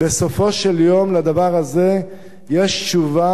בסופו של יום לדבר הזה יש תשובה,